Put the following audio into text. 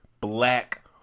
black